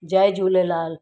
Jay Jhulelal